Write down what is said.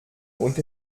und